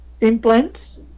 implants